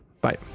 Bye